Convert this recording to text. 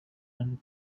and